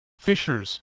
Fishers